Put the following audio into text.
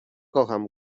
kocham